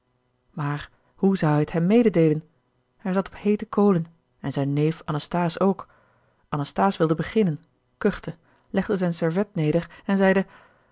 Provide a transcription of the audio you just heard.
maar hoe zou hij het hem mededeelen hij zat op heete kolen en zijn neef anasthase ook anasthase wilde beginnen kuchte legde zijn servet neder en zeide